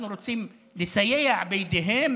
אנחנו רוצים לסייע בידיהם